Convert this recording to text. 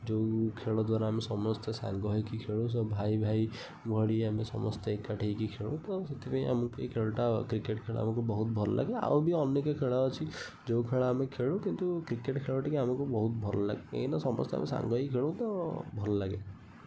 ଯେଉଁ ଖେଳ ଦ୍ୱାରା ଆମେ ସମସ୍ତେ ସାଙ୍ଗ ହୋଇକି ଖେଳୁ ସବୁ ଭାଇ ଭାଇ ଭଳି ଆମେ ସମସ୍ତେ ଏକାଠି ହୋଇକି ଖେଳୁ ତ ସେଇଥିପାଇଁ ଆମକୁ ଏ ଖେଳଟା କ୍ରିକେଟ୍ ଖେଳ ଆମକୁ ବହୁତ ଲାଗେ ଆଉ ବି ଅନେକ ଖେଳ ଅଛି ଯେଉଁ ଖେଳ ଆମେ ଖେଳୁ କିନ୍ତୁ କ୍ରିକେଟ୍ ଖେଳ ଟିକେ ଆମକୁ ବହୁତ ଭଲ ଲାଗେ କାହିଁକିନା ଆମେ ସମସ୍ତେ ସାଙ୍ଗ ହୋଇକି ଖେଳୁ ତ ଭଲ ଲାଗେ